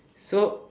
so